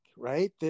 Right